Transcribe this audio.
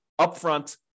upfront